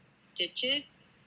stitches